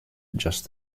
just